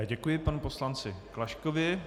Děkuji panu poslanci Klaškovi.